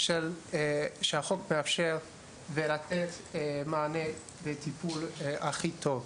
שהחוק מאפשר לו כדי לתת את המענה ואת הטיפול הכי טוב.